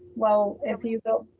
well, if you go,